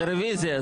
זה רוויזיה.